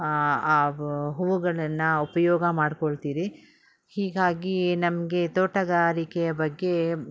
ಆ ಆ ಹೂವುಗಳನ್ನು ಉಪಯೋಗ ಮಾಡಿಕೊಳ್ತೀರಿ ಹೀಗಾಗಿ ನಮಗೆ ತೋಟಗಾರಿಕೆಯ ಬಗ್ಗೆ